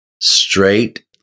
Straight